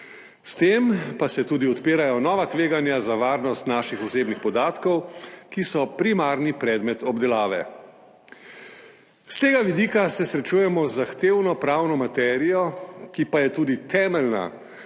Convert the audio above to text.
s tem pa se odpirajo tudi nova tveganja za varnost naših osebnih podatkov, ki so primarni predmet obdelave. S tega vidika se srečujemo z zahtevno pravno materijo, ki pa je tudi temeljna,